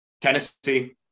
Tennessee